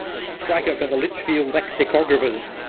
a striker for the lichfield lexicographers.